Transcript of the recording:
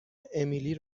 امیلی